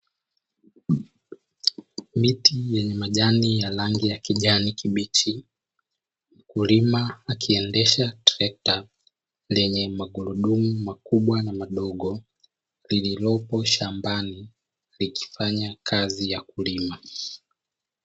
Miti yenye majani ya rangi ya kijani kibichi mkulima akiendesha trekta lenye magurudumu makubwa na madogo, lililopo shambani likifanya kazi ya kulima.